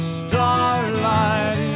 starlight